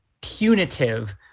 punitive